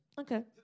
Okay